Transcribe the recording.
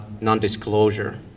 non-disclosure